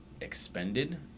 expended